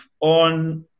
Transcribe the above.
on